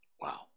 Wow